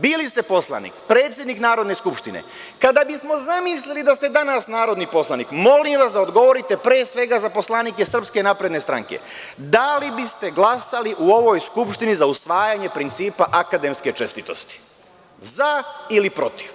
Bili ste poslanik, predsednik Narodne skupštine, kada bismo zamislili da ste danas narodni poslanik, molim vas da odgovorite, pre svega za poslanike SNS – da li biste glasali u ovoj Skupštini za usvajanje principa akademske čestitosti, za ili protiv?